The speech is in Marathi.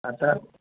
आता